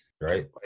right